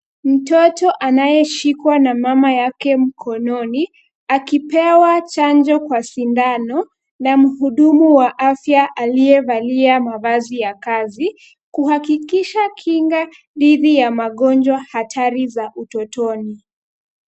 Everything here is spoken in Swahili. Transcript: Mtoto anayeshikwa na mama yake mkononi akipewa chanjo kwa sindano na mhudumu wa afya aliyevalia mavazi ya kazi kuhakikisha kinga dhidi ya magonjwa hatari za utotoni.